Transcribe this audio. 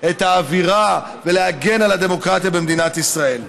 את האווירה ולהגן על הדמוקרטיה במדינת ישראל.